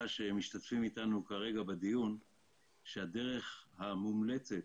שמשתתפים איתנו כרגע בדיון שהדרך המומלצת